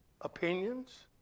opinions